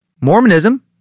Mormonism